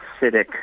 acidic